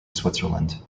switzerland